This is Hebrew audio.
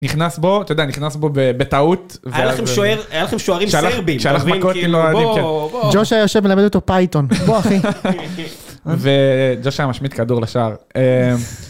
נכנס בו אתה יודע נכנס בו בטעות. היה לכם שוערים סרבים. שהלכו מכות מלולדים. ג'ושה יושב ללמד אותו פייתון. בוא אחי. וג'ושה משמיט כדור לשער.